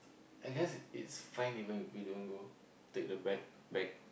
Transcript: I guess it's fine even if we don't go take the bag back